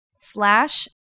slash